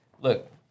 Look